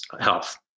health